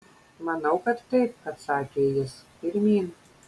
manau kad taip atsakė jis pirmyn